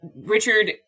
Richard